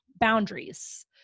boundaries